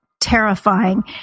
terrifying